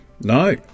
No